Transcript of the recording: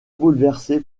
bouleversé